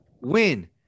win